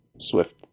Swift